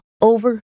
over